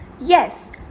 Yes